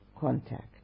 contact